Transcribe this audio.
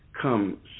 come